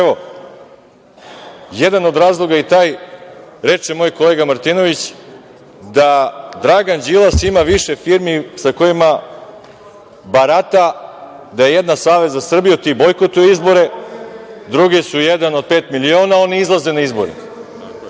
zašto. Jedan od razloga je i taj, reče moj kolega Martinović, da Dragan Đilas ima više firmi sa kojima barata, da je jedna Savez za Srbiju, ti bojkotuju izbore, drugi su „Jedan od pet miliona“, oni izlaze na izbore.